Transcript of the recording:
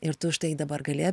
ir tu štai dabar gali